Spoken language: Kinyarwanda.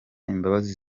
imbabazi